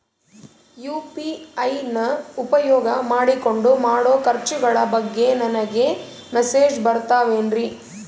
UPI ನ ಉಪಯೋಗ ಮಾಡಿಕೊಂಡು ಮಾಡೋ ಖರ್ಚುಗಳ ಬಗ್ಗೆ ನನಗೆ ಮೆಸೇಜ್ ಬರುತ್ತಾವೇನ್ರಿ?